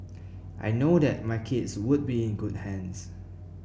I know that my kids would be in good hands